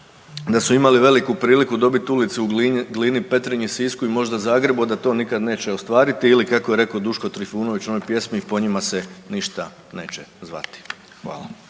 da su imali veliku priliku dobiti ulicu u Glini, Petrinji, Sisku i možda Zagrebu, a da to nikad neće ostvariti ili kako je rekao Duško Trifunović u onoj pjesmi po njima se ništa neće zvati. Hvala.